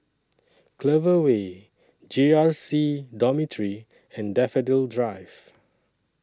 Clover Way J R C Dormitory and Daffodil Drive